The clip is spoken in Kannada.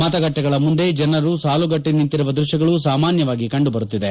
ಮತಗಟ್ಟೆಗಳ ಮುಂದೆ ಜನರು ಸಾಲುಗಟ್ಟಿ ನಿಂತಿರುವ ದೃಶ್ಲಗಳು ಸಾಮಾನ್ಲವಾಗಿ ಕಂಡುಬರುತ್ತಿದೆ